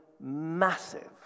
massive